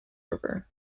river